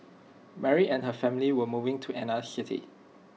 Mary and her family were moving to another city